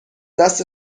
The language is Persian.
دست